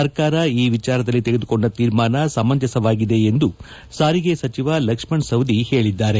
ಸರ್ಕಾರ ಈ ವಿಚಾರದಲ್ಲಿ ತೆಗೆದುಕೊಂಡ ತೀರ್ಮಾನ ಸಮಂಜಸವಾಗಿದೆ ಎಂದು ಸಾರಿಗೆ ಸಚಿವ ಲಕ್ಷ್ಮಣ ಸವದಿ ಹೇಳಿದ್ದಾರೆ